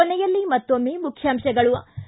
ಕೊನೆಯಲ್ಲಿ ಮತ್ತೊಮ್ಮೆ ಮುಖ್ಯಾಂಶಗಳು